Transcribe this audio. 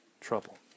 trouble